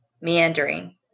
meandering